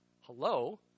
hello